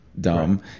dumb